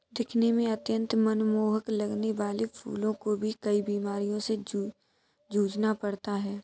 दिखने में अत्यंत मनमोहक लगने वाले फूलों को भी कई बीमारियों से जूझना पड़ता है